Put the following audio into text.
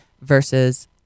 versus